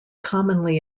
commonly